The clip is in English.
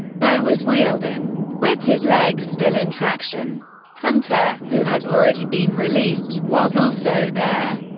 beau was wheeled in with his leg still in traction hunter, who had already been released, was also there,